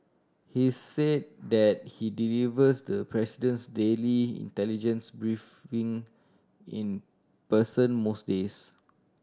he's said that he delivers the president's daily intelligence briefing in in person most days